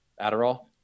Adderall